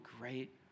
great